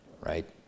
right